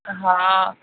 हा